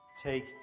Take